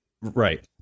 right